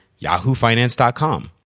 yahoofinance.com